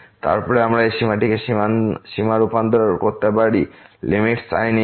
তারপরে আমরা এই সীমাটিকে সীমা রূপান্তর করতে পারি limit sin inverse